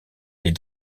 les